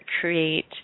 create